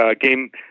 game